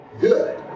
good